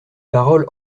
paroles